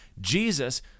Jesus